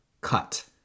cut